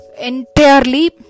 entirely